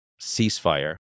ceasefire